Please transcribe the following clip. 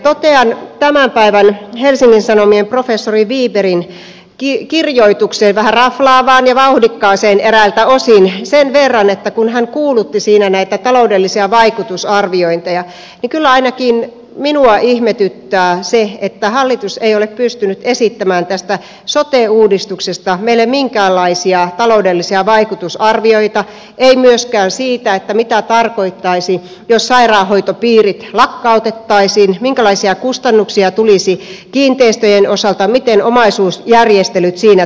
totean professori wibergin kirjoitukseen tämän päivän helsingin sanomissa vähän raflaavaan ja vauhdikkaaseen eräiltä osin sen verran että kun hän kuulutti siinä näitä taloudellisia vaikutusarviointeja niin kyllä ainakin minua ihmetyttää se että hallitus ei ole pystynyt esittämään tästä sote uudistuksesta meille minkäänlaisia taloudellisia vaikutusarvioita ei myöskään siitä mitä tarkoittaisi jos sairaanhoitopiirit lakkautettaisiin minkälaisia kustannuksia tulisi kiinteistöjen osalta miten omaisuusjärjestelyt siinä tehtäisiin